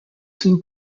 two